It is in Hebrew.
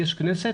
יש כנסת.